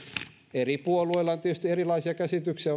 eri puolueilla ja varmasti eri edustajillakin on tietysti erilaisia käsityksiä